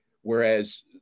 Whereas